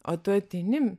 o tu ateini